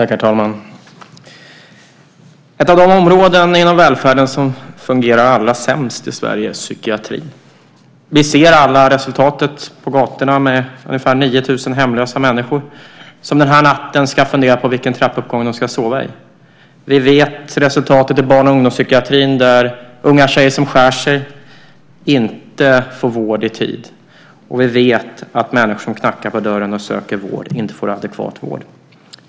Herr talman! Ett av de områden inom välfärden som fungerar allra sämst i Sverige är psykiatrin. Vi ser alla resultatet på gatorna med ungefär 9 000 hemlösa människor som den här natten ska fundera på vilken trappuppgång de ska sova i. Vi känner till resultatet i barn och ungdomspsykiatrin, där unga tjejer som skär sig inte får vård i tid. Vi vet också att människor som knackar på dörren och söker vård inte får adekvat vård.